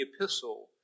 epistle